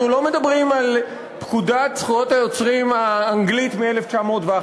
אנחנו לא מדברים על פקודת זכויות היוצרים האנגלית מ-1911,